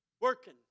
working